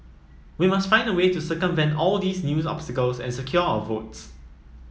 we must find a way to circumvent all these new obstacles and secure our votes